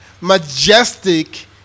majestic